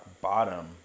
bottom